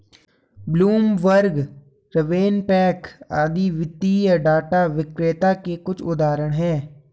Bloomberg, RavenPack आदि वित्तीय data विक्रेता के कुछ उदाहरण हैं